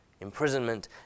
Imprisonment